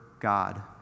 God